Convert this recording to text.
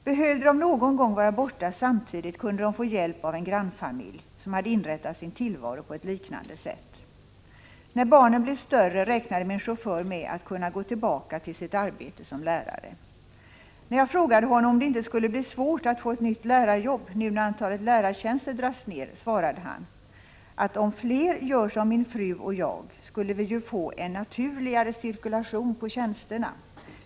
Om de någon gång behövde vara borta samtidigt kunde de få hjälp av en grannfamilj som hade inrättat sin tillvaro på ett liknande sätt. När barnen blev större räknade min chaufför med att kunna gå tillbaka till sitt arbete som lärare. Då jag frågade honom om det inte skulle bli svårt att få ett nytt lärarjobb, nu när antalet lärartjänster dras ned, svarade han: Om fler gör som min fru och jag skulle vi ju få en naturligare cirkulation på tjänsterna.